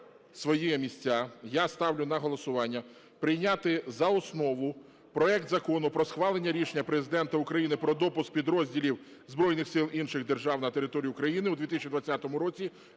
свої місця. Я ставлю на голосування прийняти за основу проект Закону про схвалення рішення Президента України про допуск підрозділів збройних сил інших держав на територію України у 2020 році